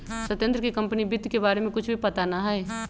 सत्येंद्र के कंपनी वित्त के बारे में कुछ भी पता ना हई